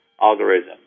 algorithm